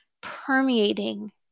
permeating